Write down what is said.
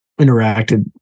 interacted